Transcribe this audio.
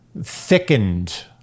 thickened